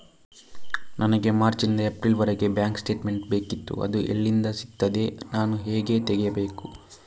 ನನಗೆ ಮಾರ್ಚ್ ನಿಂದ ಏಪ್ರಿಲ್ ವರೆಗೆ ಬ್ಯಾಂಕ್ ಸ್ಟೇಟ್ಮೆಂಟ್ ಬೇಕಿತ್ತು ಅದು ಎಲ್ಲಿಂದ ಸಿಗುತ್ತದೆ ನಾನು ಹೇಗೆ ತೆಗೆಯಬೇಕು?